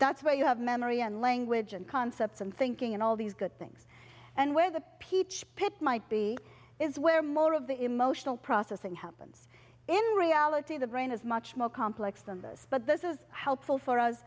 that's where you have memory and language and concepts and thinking and all these good things and where the peach pick might be is where most of the emotional processing happens in reality the brain is much more complex than this but this is helpful for us